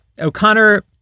O'Connor